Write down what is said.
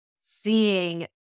seeing